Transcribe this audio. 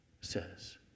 says